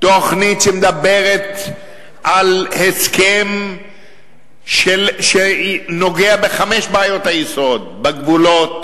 תוכנית שמדברת על הסכם שנוגע בחמש בעיות היסוד בגבולות,